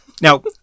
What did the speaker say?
Now